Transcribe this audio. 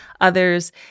others